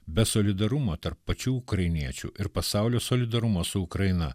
be solidarumo tarp pačių ukrainiečių ir pasaulio solidarumo su ukraina